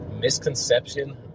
Misconception